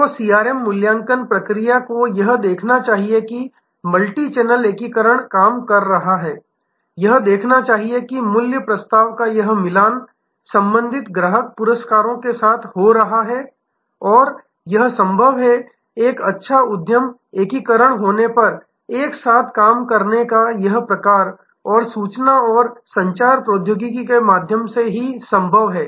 तो सीआरएम मूल्यांकन प्रक्रिया को यह देखना चाहिए कि यह मल्टीचैनल एकीकरण काम कर रहा है यह देखना चाहिए कि मूल्य प्रस्ताव का यह मिलान संबंधित ग्राहक पुरस्कारों के साथ हो रहा है और यह संभव है एक अच्छा उद्यम एकीकरण होने पर एक साथ काम करने का यह प्रकार सूचना और संचार प्रौद्योगिकी के माध्यम से संभव है